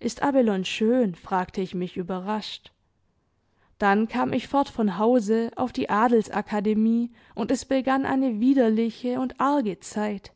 ist abelone schön fragte ich mich überrascht dann kam ich fort von hause auf die adels akademie und es begann eine widerliche und arge zeit